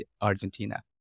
argentina